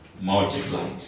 Multiplied